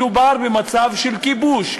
מדובר במצב של כיבוש,